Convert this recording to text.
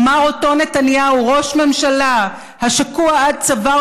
אמר אותו נתניהו: ראש ממשלה השקוע עד צוואר